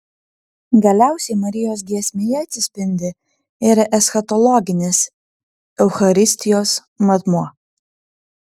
galiausiai marijos giesmėje atsispindi ir eschatologinis eucharistijos matmuo